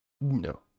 No